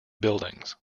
buildings